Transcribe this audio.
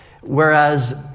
Whereas